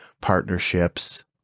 partnerships